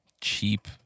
cheap